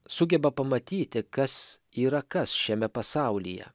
sugeba pamatyti kas yra kas šiame pasaulyje